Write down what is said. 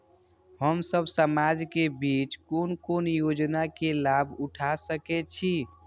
हम सब समाज के बीच कोन कोन योजना के लाभ उठा सके छी?